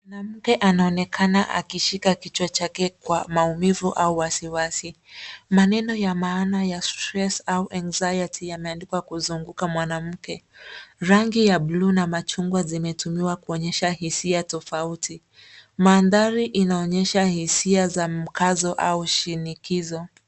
Mwanamke anaonekana akishika kichwa chake kwa maumivu au wasi wasi. Maneno ya maana ya stress au anxiety yameandikwa kuzunguka mwanamke. Rangi ya buluu na machungwa zimetumiwa kuonyesha hisia tofauti. Mandhari inaonyesha hisia za mkazo au shinikizo.